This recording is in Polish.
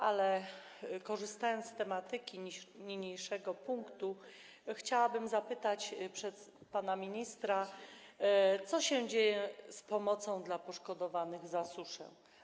Ale korzystając z tematyki niniejszego punktu, chciałabym zapytać pana ministra: Co się dzieje z pomocą dla poszkodowanych przez suszę?